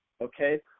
okay